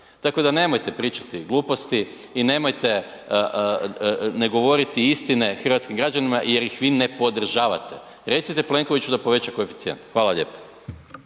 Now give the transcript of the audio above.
Tako da nemojte pričati gluposti i nemojte ne govoriti istine hrvatskim građanima jer ih vi ne podržavate. Recite Plenkoviću da poveća koeficijent. Hvala lijepo.